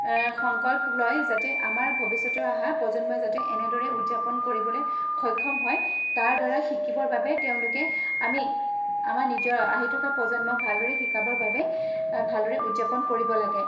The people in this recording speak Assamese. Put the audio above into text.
সংকল্প লয় যাতে আমাৰ ভৱিষ্যতে অহা প্ৰজন্মই যাতে এনেদৰে উদযাপন কৰিবলৈ সক্ষম হয় তাৰদ্বাৰা শিকিবৰ বাবে তেওঁলোকে আমি আমাৰ নিজৰ আহি থকা প্ৰজন্মক ভালদৰে শিকাবৰ বাবে ভালদৰে উদযাপন কৰিব লাগে